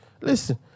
listen